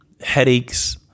headaches